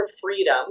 freedom